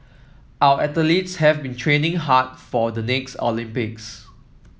our athletes have been training hard for the next Olympics